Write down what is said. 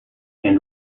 and